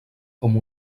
com